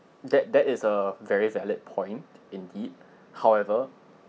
that that is a very valid point indeed however